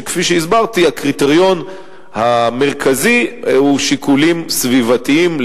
שכפי שהסברתי הקריטריון המרכזי הוא שיקולים סביבתיים,